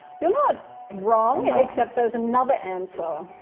you're not wrong, except there's another and so